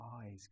eyes